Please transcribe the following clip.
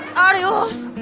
adios.